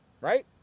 Right